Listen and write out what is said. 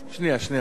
אני באמת לא שומעת,